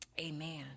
amen